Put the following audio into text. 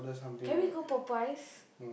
can we go Popeyes